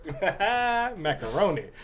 macaroni